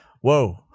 whoa